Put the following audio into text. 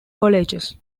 colleges